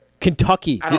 Kentucky